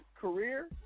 career